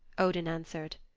odin answered.